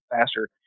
faster